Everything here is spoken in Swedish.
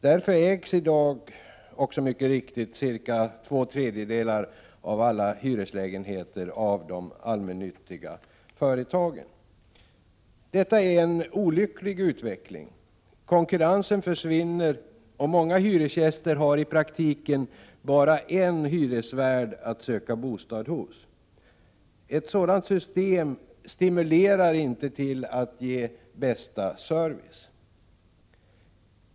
Därför ägs i dag mycket riktigt cirka två tredjedelar av alla hyreslägenheter av de allmännyttiga företagen. 23 Detta är en olycklig utveckling. Konkurrensen försvinner, och många hyresgäster har i praktiken bara en hyresvärd att söka bostad hos. Ett sådant system stimulerar inte till att ge bästa service.